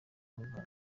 muganga